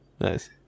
Nice